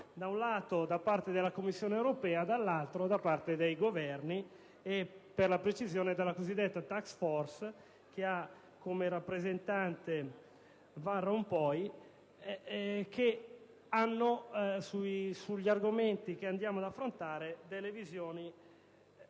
da un lato, da parte della Commissione europea, dall'altro - da parte dei Governi e, per la precisione, della cosiddetta *task force* che ha come rappresentante Van Rompuy - che hanno sugli argomenti che andiamo ad affrontare delle visioni